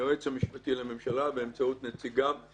היועץ המשפטי לממשלה באמצעות נציגיו,